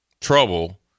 trouble